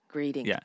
Greeting